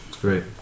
Great